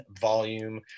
volume